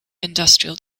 industrial